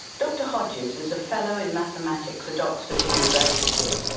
dr hodges is a fellow in mathematics at oxford university.